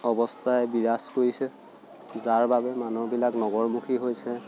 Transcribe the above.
অৱস্থাই বিৰাজ কৰিছে যাৰ বাবে মানুহবিলাক নগৰমুখী হৈছে